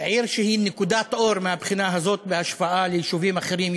עיר שהיא נקודת אור מהבחינה הזאת בהשוואה ליישובים אחרים,